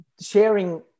sharing